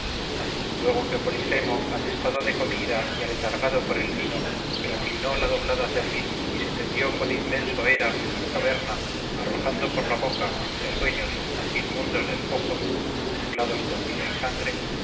luego que polifemo atestado de comida y aletargado por el vino reclinó la doblada cerviz y se tendió cuan inmenso era en su caverna arrojando por la boca entre sueños inmundos despojos mezclados con vino y sangre